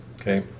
okay